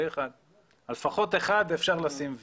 זה אחד, אז לפחות על אחד אפשר לשים v.